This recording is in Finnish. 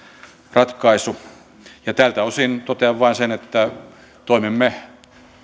ratkaisu tältä osin totean vain sen että toimimme